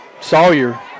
Sawyer